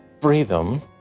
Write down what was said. freedom